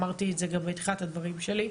אמרתי את זה גם בתחילת הדברים שלי.